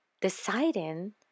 deciding